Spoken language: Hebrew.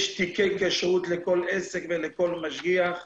יש תיקי כשרות לכל עסק ולכל משגיח.